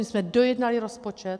My jsme dojednali rozpočet.